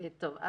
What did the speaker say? טוב.